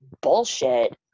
bullshit